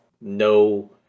no